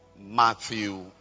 Matthew